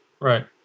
Right